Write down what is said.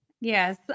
Yes